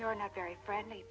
your not very friendly